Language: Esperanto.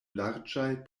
larĝaj